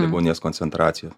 deguonies koncentracija